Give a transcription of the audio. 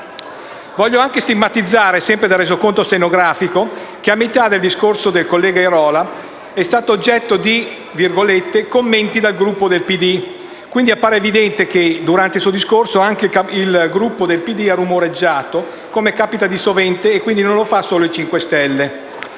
Voglio anche stigmatizzare, sempre dal Resoconto stenografico, che a metà del discorso il collega Airola è stato oggetto di «Commenti dal Gruppo PD»; quindi appare evidente che, durante il suo discorso, anche il Gruppo PD ha rumoreggiato, come capita di sovente. Quindi non lo fa solo il